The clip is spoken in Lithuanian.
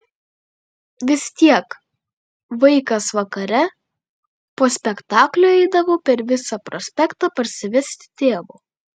vis tiek vaikas vakare po spektaklio eidavau per visą prospektą parsivesti tėvo